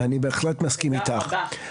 אני בהחלט מסכים איתך.